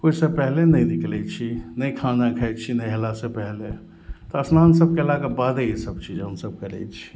ओहिसँ पहले नहि निकलै छी नहि खाना खाइ छी नहेला से पहिले तऽ स्नान सभ केलाके बादे ई सभ चीज हमसभ करै छी